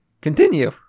continue